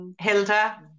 Hilda